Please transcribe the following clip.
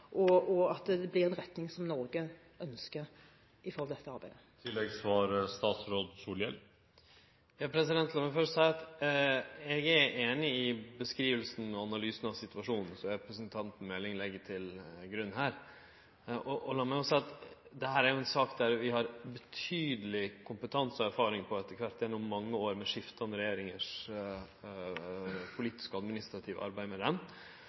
og at det blir en retning som Norge ønsker for dette arbeidet. Lat meg først seie at eg er einig i beskrivinga og analysen av situasjonen som representanten Meling legg til grunn her. Lat meg òg seie at dette jo er ei sak der vi etter kvart har betydeleg kompetanse og erfaring gjennom mange år med skiftande regjeringars politiske og administrative arbeid med ho, og som det nok òg er merksemd om på grunn av kor viktig ho er for oss, og den